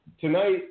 tonight